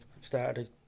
started